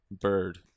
bird